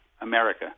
America